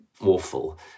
awful